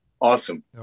Awesome